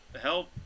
help